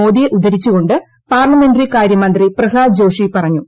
മോദിയെ ഉദ്ധരിച്ചു കൊണ്ട് പാർലമെന്ററികാര്യ മന്ത്രി പ്രഹ്ലാദ് ജോഷി പറഞ്ഞു